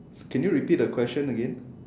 can you repeat the question again